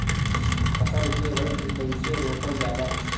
फसल के वृद्धि कइसे रोकल जाला?